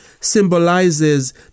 symbolizes